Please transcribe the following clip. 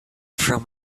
from